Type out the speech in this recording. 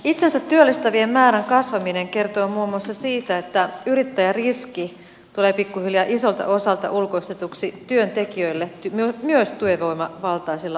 itsensä työllistävien määrän kasvaminen kertoo muun muassa siitä että yrittäjäriski tulee pikkuhiljaa isolta osalta ulkoistetuksi työntekijöille myös työvoimavaltaisilla aloilla